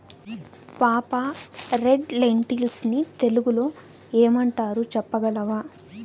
పాపా, red lentils ని తెలుగులో ఏమంటారు చెప్పగలవా